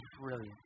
brilliant